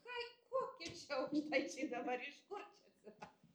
ką kokie čia aukštaičiai dabar iš kur čia atsirado